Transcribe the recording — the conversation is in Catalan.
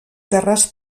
terres